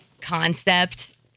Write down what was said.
concept